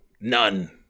none